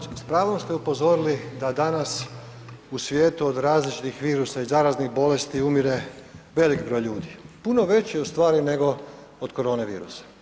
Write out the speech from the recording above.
g. Stazić, s pravom ste upozorili da danas u svijetu od različitih virusa i zaraznih bolesti umire velik broj ljudi, puno veći ustvari nego od koronavirusa.